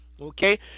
okay